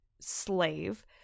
slave